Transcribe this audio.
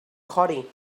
coding